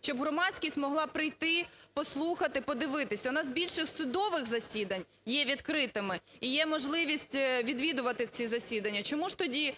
Щоб громадськість могла прийти, послухати, подивитись. У нас більше судових засідань є відкритими і є можливість відвідувати ці засідання. Чому ж тоді